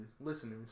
listeners